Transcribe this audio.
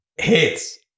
Hits